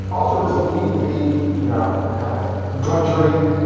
altruism needn't be you know kind of begrudgery.